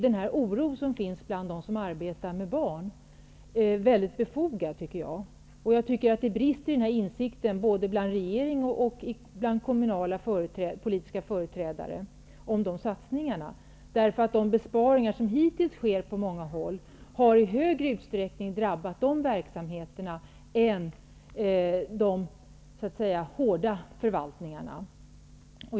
Den oro som finns hos dem som arbetar med barn är därför väldigt befogad. Både bland regeringen och bland kommunalpolitiska företrädare brister det i insikten om värdet av att satsa på barn. De besparingar som hittills har skett på många håll har i högre utsträckning drabbat verksamheter för och med barn än de s.k. hårda förvaltningarna.